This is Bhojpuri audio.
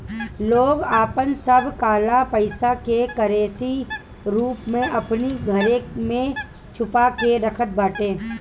लोग आपन सब काला पईसा के करेंसी रूप में अपनी घरे में छुपा के रखत बाटे